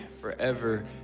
forever